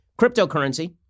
Cryptocurrency